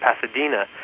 Pasadena